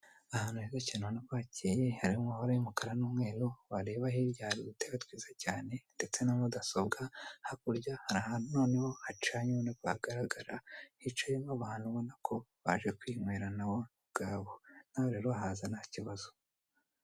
Ahantu heza cyane urabonako hakeye harimo amabara y'umukara n'umweru wareba hirya hari udutebe twiza cyane ndetse na mudasobwa, hakurya hari ahantu noneho hacanye ubona ko hagaragara hicayemo abantu ubona ko baje kwinywera nabo kubwabo.